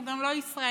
והוא גם לא ישראלי,